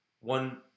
one